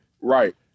Right